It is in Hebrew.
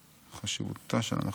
יפהפה.